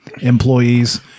employees